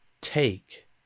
take